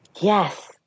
Yes